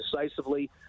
decisively